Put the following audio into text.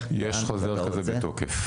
לאן שאתה רוצה --- יש חוזר כזה בתוקף.